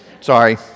Sorry